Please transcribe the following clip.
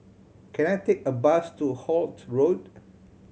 can I take a bus to Holt Road